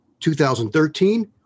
2013